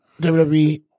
WWE